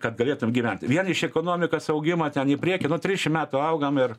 kad galėtum gyvent vien iš ekonomikas augima ten į priekį nuo triešim metų augam ir